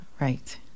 Right